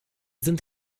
sind